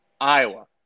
Iowa